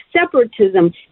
separatism